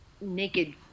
naked